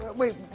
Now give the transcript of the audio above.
wait.